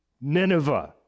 Nineveh